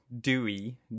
dewy